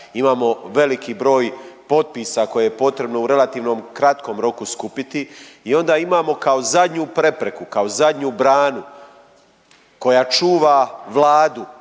imamo veliki broj potpisa koje je potrebno u relativno kratkom roku skupiti i onda imamo kao zadnju prepreku, kao zadnju branu koja čuva Vladu,